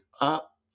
up